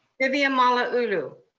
vivian malauulu.